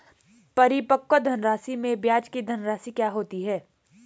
परिपक्व धनराशि में ब्याज की धनराशि क्या होती है?